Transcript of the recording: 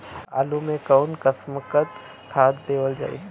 आलू मे कऊन कसमक खाद देवल जाई?